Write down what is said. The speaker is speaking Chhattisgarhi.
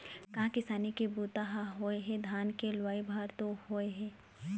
कहाँ किसानी के बूता ह होए हे, धान के लुवई भर तो होय हे